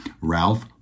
Ralph